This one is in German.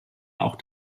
auch